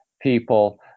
people